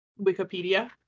Wikipedia